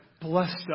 blessed